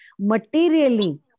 materially